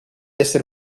esser